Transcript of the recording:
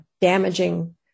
damaging